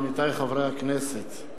עמיתי חברי הכנסת,